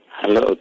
Hello